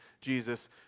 Jesus